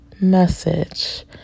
message